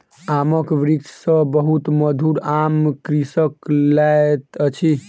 आमक वृक्ष सॅ बहुत मधुर आम कृषक लैत अछि